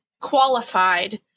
qualified